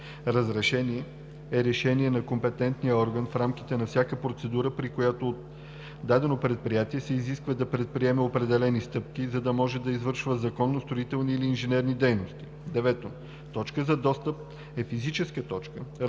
„Разрешение“ е решение на компетентния орган в рамките на всяка процедура, при която от дадено предприятие се изисква да предприеме определени стъпки, за да може да извършва законно строителни или инженерни дейности. 9. „Точка за достъп“ е физическа точка,